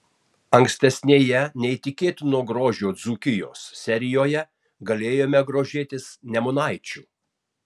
ankstesnėje neįtikėtino grožio dzūkijos serijoje galėjome grožėtis nemunaičiu